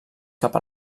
cap